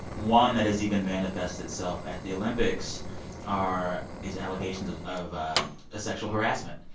one that has even manifest itself at the olympics are these allegations of of ah sexual harassment.